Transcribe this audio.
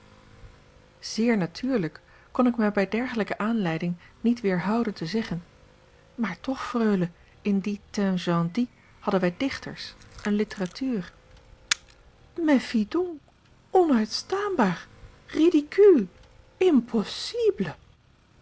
natuurlijk kon ik mij bij dergelijke aanleiding niet weerhouden te zeggen maar toch freule in dien temps jadis hadden wij dichters eene litteratuur mais fi donc onuitstaanbaar ridicule impossible